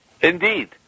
Indeed